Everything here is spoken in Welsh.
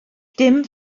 dim